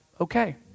okay